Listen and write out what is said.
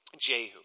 Jehu